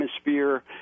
atmosphere